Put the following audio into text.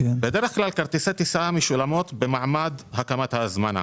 בדרך כלל כרטיסי טיסה משולמים במעמד הקמת ההזמנה.